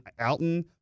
Alton